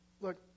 Look